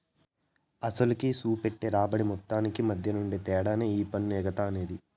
అసలుకి, సూపెట్టే రాబడి మొత్తానికి మద్దెనుండే తేడానే ఈ పన్ను ఎగేత అనేది